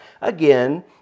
again